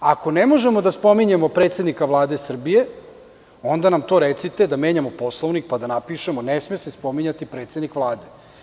Ako ne možemo da spominjemo predsednika Vlade Srbije, onda nam to recite, da menjamo Poslovnik pa da napišemo da se ne sme spominjati predsednik Vlade.